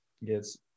Yes